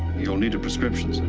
you'll need a prescription, sir.